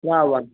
वा वा